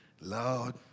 Lord